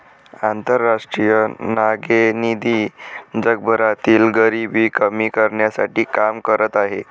आंतरराष्ट्रीय नाणेनिधी जगभरातील गरिबी कमी करण्यासाठी काम करत आहे